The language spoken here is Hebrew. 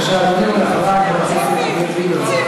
אחריו, חבר הכנסת איווט ליברמן.